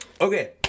okay